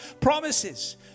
promises